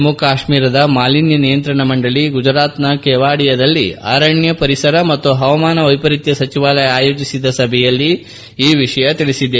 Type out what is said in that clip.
ಜಮ್ಮು ಕಾಶ್ಮೀರದ ಮಾಲಿನ್ನ ನಿಯಂತ್ರಣ ಮಂಡಳಿ ಗುಜರಾತ್ನ ಕೆವಾಡಿಯಾದಲ್ಲಿ ಅರಣ್ಯ ಪರಿಸರ ಮತ್ತು ಹವಾಮಾನ ವ್ವೆಪರೀತ್ವ ಸಚಿವಾಲಯ ಆಯೋಜಿಸಿದ್ದ ಸಭೆಯಲ್ಲಿ ಈ ವಿಷಯ ತಿಳಿಸಿದೆ